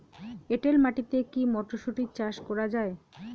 এটেল মাটিতে কী মটরশুটি চাষ করা য়ায়?